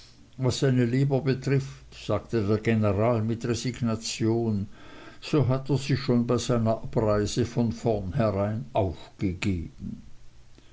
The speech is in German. was seine leber betrifft sagte der general mit resignation so hat er sie schon bei seiner abreise von vornherein aufgegeben